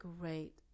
great